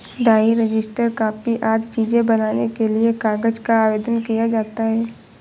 diary, register, copy आदि चीजें बनाने के लिए कागज का आवेदन किया जाता है